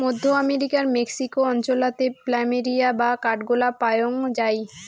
মধ্য আমেরিকার মেক্সিকো অঞ্চলাতে প্ল্যামেরিয়া বা কাঠগোলাপ পায়ং যাই